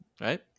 right